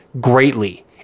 greatly